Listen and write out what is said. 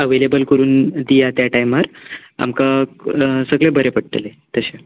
available करून दियात त्या टायमार आमकां सगळें बरें पडटलें तशें